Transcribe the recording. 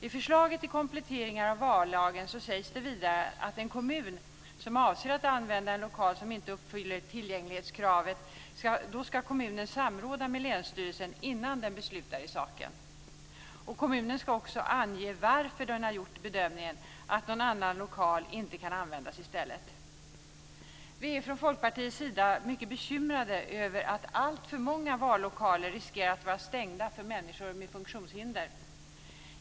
I förslaget till kompletteringar av vallagen sägs det vidare att en kommun som avser att använda en lokal som inte uppfyller tillgänglighetskravet ska samråda med länsstyrelsen innan den beslutar i saken. Kommunen ska också ange varför den har gjort bedömningen att någon annan lokal inte kan användas i stället. Vi är från Folkpartiets sida mycket bekymrade över att alltför många vallokaler riskerar att vara stängda för människor med funktionshinder.